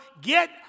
get